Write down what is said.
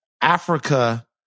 Africa